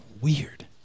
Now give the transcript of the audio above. Weird